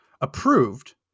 approved